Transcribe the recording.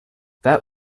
this